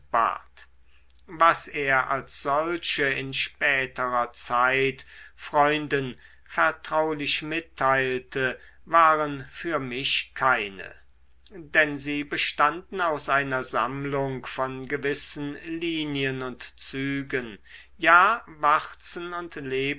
was er als solche in späterer zeit freunden vertraulich mitteilte waren für mich keine denn sie bestanden aus einer sammlung von gewissen linien und zügen ja